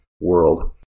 world